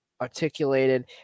articulated